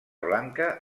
blanca